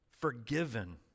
forgiven